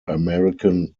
american